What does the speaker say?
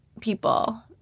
people